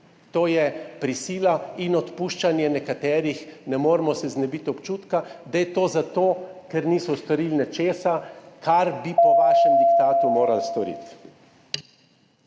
to je prisila in odpuščanje nekaterih. Ne moremo se znebiti občutka, da je to zato, ker niso storili nečesa, kar bi po vašem diktatu morali storiti.